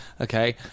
okay